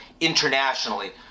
internationally